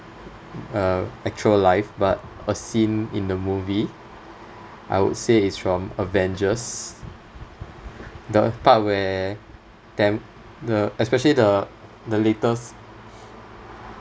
uh actual life but a scene in the movie I would say is from avengers the part where tam~ the especially the the latest